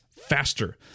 faster